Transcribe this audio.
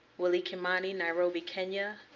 willie kimani, nairobi, kenya.